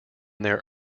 there